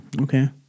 Okay